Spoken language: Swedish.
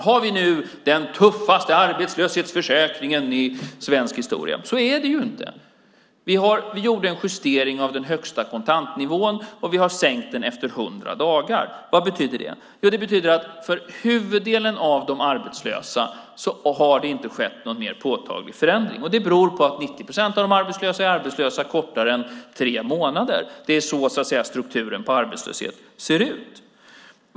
Har vi nu den tuffaste arbetslöshetsförsäkringen i svensk historia? Nej, så är det inte. Vi gjorde en justering av den högsta kontantnivån, och vi har sänkt den efter hundra dagar. Vad betyder det? Jo, det betyder att för huvuddelen av de arbetslösa har det inte skett någon mer påtaglig förändring. Det beror på att 90 procent av de arbetslösa är arbetslösa kortare tid än tre månader. Det är så strukturen på arbetslöshet ser ut.